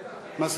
בטח.